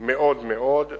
מאוד מאוד.